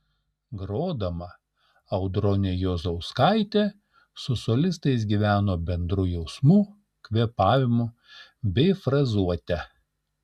grodama audronė juozauskaitė su solistais gyveno bendru jausmu kvėpavimu bei frazuote